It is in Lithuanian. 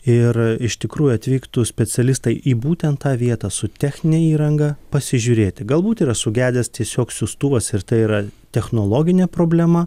ir iš tikrųjų atvyktų specialistai į būtent tą vietą su technine įranga pasižiūrėti galbūt yra sugedęs tiesiog siųstuvas ir tai yra technologinė problema